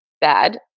bad